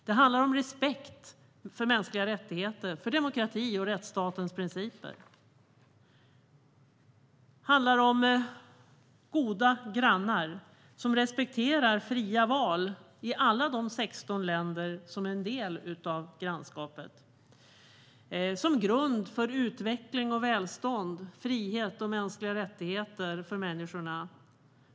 Det handlar om respekt för mänskliga rättigheter, demokrati och rättsstatens principer. Det handlar om goda grannar som respekterar fria val i alla de 16 länder som är en del av grannskapet. Det är en grund för utveckling och välstånd, frihet och mänskliga rättigheter för människorna.